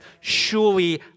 Surely